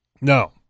No